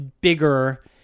bigger